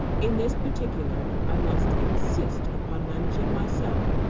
in this particular i must insist upon managing myself.